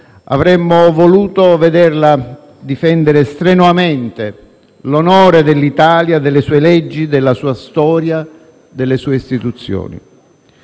Avremmo voluto vederla difendere strenuamente l'onore dell'Italia, delle sue leggi, della sua storia e delle sue istituzioni.